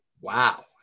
Wow